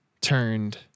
turned